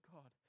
God